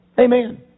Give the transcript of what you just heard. Amen